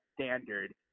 standard